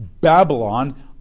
Babylon